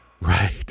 Right